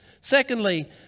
Secondly